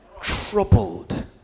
Troubled